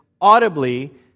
audibly